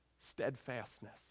steadfastness